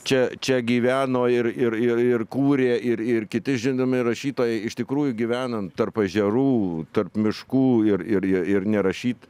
čia čia gyveno ir ir ir ir kūrė ir ir kiti žinomi rašytojai iš tikrųjų gyvenant tarp ežerų tarp miškų ir ir ir nerašyt